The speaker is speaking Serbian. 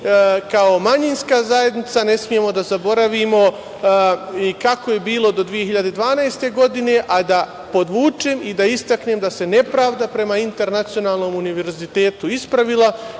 kao manjinska zajednica ne smemo da zaboravimo kako je bilo do 2012. godine, a da podvučem i da istaknem da se nepravda prema Internacionalnom univerzitetu ispravila